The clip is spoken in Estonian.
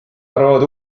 arvavad